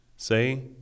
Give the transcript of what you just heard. say